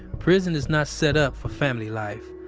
prison is not set up for family life.